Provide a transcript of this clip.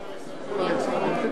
הוא יענה לכם.